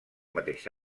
mateix